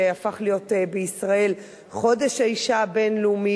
שהפך להיות בישראל חודש האשה הבין-לאומי,